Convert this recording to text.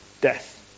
death